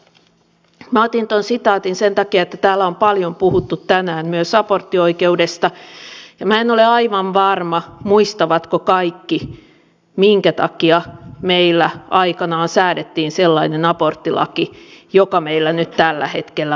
minä otin tuon sitaatin sen takia että täällä on paljon puhuttu tänään myös aborttioikeudesta ja minä en ole aivan varma muistavatko kaikki minkä takia meillä aikanaan säädettiin sellainen aborttilaki joka meillä nyt tällä hetkellä on